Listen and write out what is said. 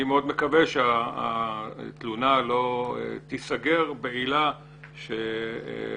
אני מאוד מקווה שהתלונה לא תיסגר בעילה שראש